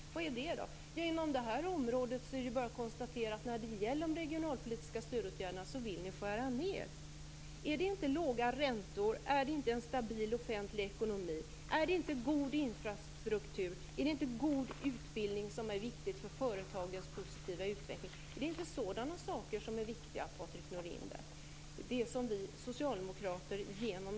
Hur gör ni det? Inom detta område är det bara att konstatera att ni vill skära ned när det gäller de regionalpolitiska stödåtgärderna. Är det inte låga räntor, stabil offentlig ekonomi, god infrastruktur och god utbildning som är viktigt för företagens positiva utveckling? Är det inte sådana saker som är viktiga, Patrik Norinder?